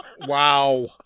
Wow